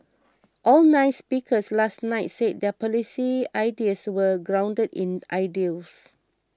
all nine speakers last night said their policy ideas were grounded in ideals